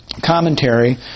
Commentary